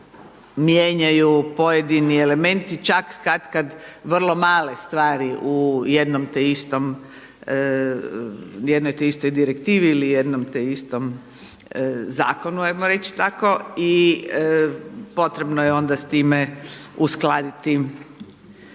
mijenjaju pojedini elementi čak katkad vrlo male stvari u jednoj te istoj direktivi ili jednom te istom zakonu jamo reći tako i potrebno je onda s time uskladiti